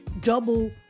double